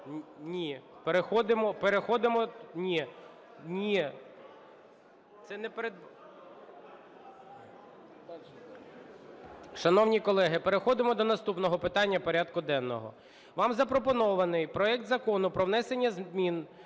Ні! Переходимо… Ні! Ні! Це не передбачено… Шановні колеги, переходимо до наступного питання порядку денного. Вам запропонований проект Закону про внесення зміни